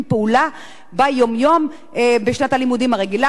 פעולה ביום-יום בשנת הלימודים הרגילה.